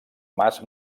mas